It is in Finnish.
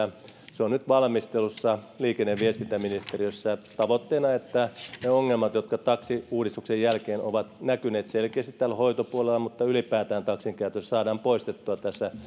se on nyt valmistelussa liikenne ja viestintäministeriössä ja tavoitteena on että ne ongelmat jotka taksiuudistuksen jälkeen ovat näkyneet selkeästi hoitopuolella ja ylipäätään taksin käytössä saadaan poistettua